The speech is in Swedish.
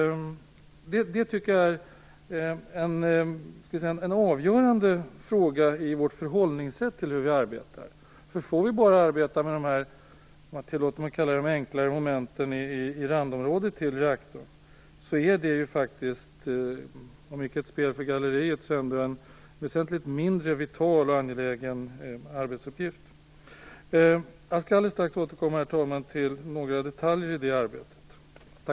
Det tycker jag är en fråga som är avgörande för vårt förhållningssätt i arbetet. Får vi bara arbeta med de enklare momenten i randområdet till reaktorn är det faktiskt, om icke ett spel för galleriet så ändå en väsentligt mindre vital och angelägen arbetsuppgift. Jag skall strax återkomma till några detaljer i det arbetet, herr talman.